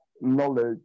knowledge